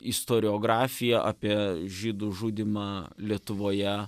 istoriografija apie žydų žudymą lietuvoje